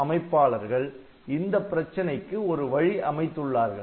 ARM அமைப்பாளர்கள் இந்தப் பிரச்சனைக்கு ஒரு வழி அமைத்துள்ளார்கள்